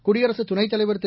குடியரசு துணைத்தலைவர் திரு